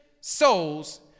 souls